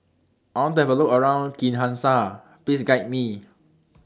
I want to Have A Look around Kinshasa Please Guide Me